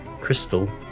crystal